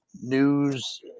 news